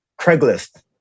Craigslist